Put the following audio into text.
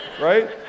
Right